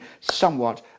somewhat